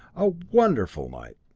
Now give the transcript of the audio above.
a wonderful night!